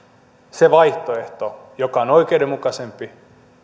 se vaihtoehto joka on oikeudenmukaisempi